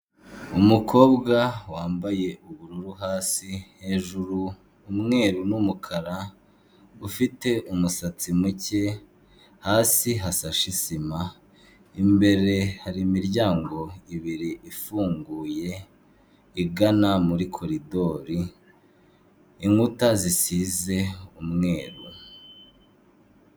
Umukobwa wambaye ubururu hasi hejuru umweru n'umukara, ufite umusatsi muke, hasi hasashe isima, imbere hari imiryango ibiri ifunguye igana muri korodori, inkuta zisize umweru.